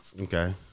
Okay